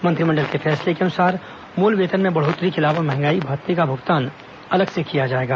मंत्रिमंडल के फैसले के अनुसार मूल वेतन में बढ़ोत्तरी के अलावा महंगाई भत्ते का भुगतान अलग से किया जाएगा